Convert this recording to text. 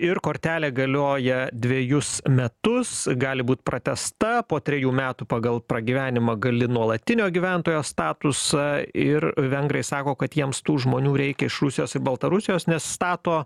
ir kortelė galioja dvejus metus gali būt pratęsta po trejų metų pagal pragyvenimą gali nuolatinio gyventojo statusą ir vengrai sako kad jiems tų žmonių reikia iš rusijos ir baltarusijos nes stato